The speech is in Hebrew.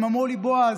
הם אמרו לי: בועז,